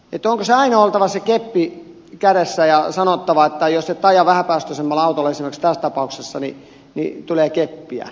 onko aina oltava keppi kädessä ja sanottava että jos et aja vähäpäästöisemmällä autolla esimerkiksi tässä tapauksessa niin tulee keppiä